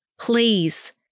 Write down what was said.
Please